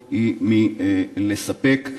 רחוק-רחוק-רחוק מלספק.